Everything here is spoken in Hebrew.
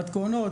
מתכונות,